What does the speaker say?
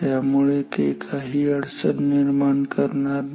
त्यामुळे ते काही अडचण निर्माण करणार नाही